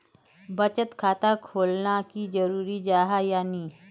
बचत खाता खोलना की जरूरी जाहा या नी?